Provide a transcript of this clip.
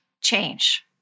change